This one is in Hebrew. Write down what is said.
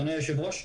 אדוני היושב-ראש,